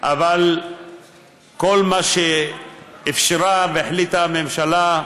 אבל כל מה שאִפשרה והחליטה הממשלה,